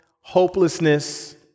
hopelessness